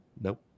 nope